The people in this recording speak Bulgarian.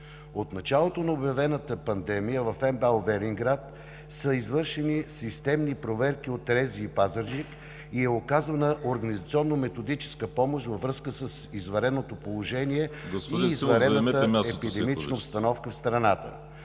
От началото на обявената пандемия в МБАЛ – Велинград, са извършени системни проверки от РЗИ – Пазарджик, и е оказана организационно методическа помощ във връзка с извънредното положение и извънредната епидемична обстановка в страната.